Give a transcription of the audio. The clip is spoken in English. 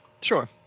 Sure